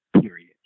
period